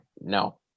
no